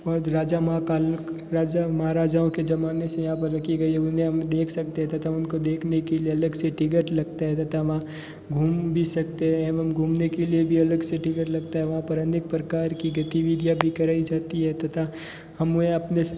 राजा महाकाल राजा महाराजाओं के ज़माने से यहाँ पर रखी गई हैं उन्हें हम देख सकते हैं तथा उनको देखने के लिए अलग से टिकट लगता है तथा वहाँ घूम भी सकते हैं एवम घूमने के लिए भी अलग से टिकट लगता है वहाँ पर अनेक प्रकार की गतिविधियों भी कराई जाती है तथा हम वे अपने स